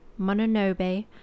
Mononobe